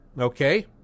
Okay